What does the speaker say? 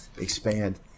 expand